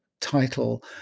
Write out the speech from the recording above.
title